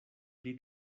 pli